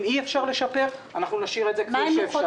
אם אי אפשר לשפר אנחנו נשאיר את זה כפי שהוא.